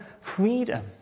freedom